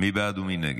מי בעד ומי נגד?